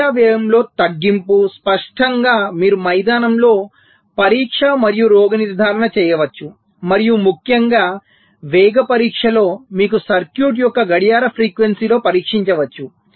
పరీక్ష వ్యయంలో తగ్గింపు స్పష్టంగా మీరు మైదానంలో పరీక్ష మరియు రోగ నిర్ధారణ చేయవచ్చు మరియు ముఖ్యంగా వేగ పరీక్షలో మీరు సర్క్యూట్ యొక్క గడియార ఫ్రీక్వెన్సీ లో పరీక్షించవచ్చు